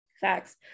Facts